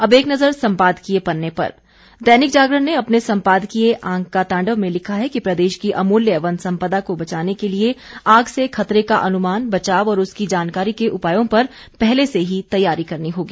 अब एक नज़र सम्पादकीय पन्ने पर दैनिक जागरण ने अपने संपादकीय आग का तांडव में लिखा है कि प्रदेश की अमुल्य वन संपदा को बचाने के लिए आग से खतरे का अनुमान बचाव और उसकी जानकारी के उपायों पर पहले से ही तैयारी करनी होगी